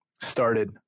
started